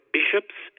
bishops